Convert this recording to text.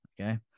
Okay